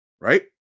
Right